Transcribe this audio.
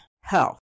health